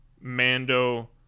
Mando